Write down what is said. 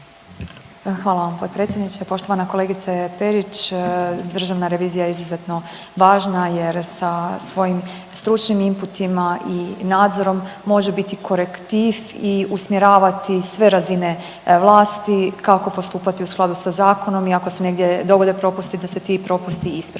Hvala vam potpredsjedniče. Poštovana kolegice Perić. Državna revizija je izuzetno važna jer sa svojim stručnim inputima i nadzorom može biti korektiv i usmjeravati sve razine vlasti, kako postupati u skladu sa zakonom i ako se negdje dogode propusti, da se ti propusti isprave.